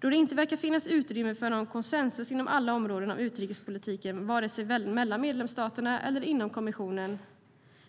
Då det inte verkar finnas utrymme för konsensus inom alla områden av utrikespolitiken vare sig mellan medlemsstaterna eller inom kommissionen